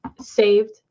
saved